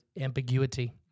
ambiguity